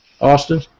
Austin